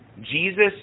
Jesus